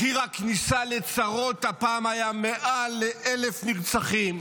מחיר הכניסה לצרות הפעם היה מעל ל-1,000 נרצחים,